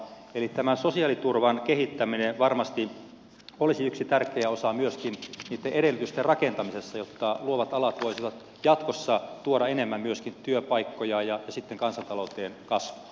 eli tämä sosiaaliturvan kehittäminen varmasti olisi yksi tärkeä osa myöskin niitten edellytysten rakentamista jotta luovat alat voisivat jatkossa tuoda enemmän työpaikkoja ja kansantalouteen kasvua